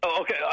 Okay